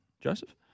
Joseph